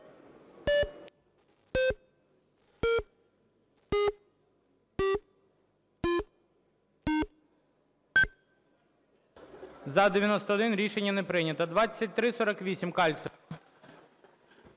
За-91 Рішення не прийнято. 2348, Кальцев.